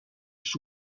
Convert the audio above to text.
sous